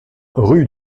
rue